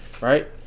Right